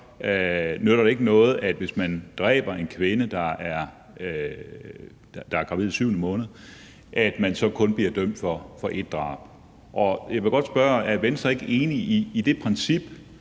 nytter det ikke noget, at man, hvis man dræber en kvinde, der er gravid i syvende måned, så kun bliver dømt for ét drab. Jeg vil godt spørge: Er Venstre ikke enig i det princip,